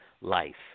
life